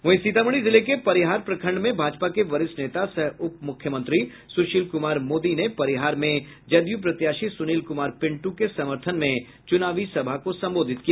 वहीं सीतामढी जिले के परिहार प्रखंड में भाजपा के वरिष्ठ नेता सह उप मुख्यमंत्री सुशील कुमार मोदी ने परिहार में जदयू प्रत्याशी सुनील कुमार पिंटू के समर्थन में चुनावी सभा को संबोधित किया